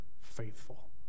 faithful